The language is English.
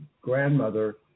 grandmother